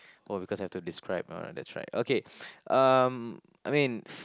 oh because I have to describe oh that's right okay um I mean